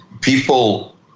People